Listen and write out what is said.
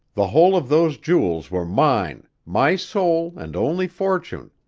the whole of those jewels were mine my sole and only fortune.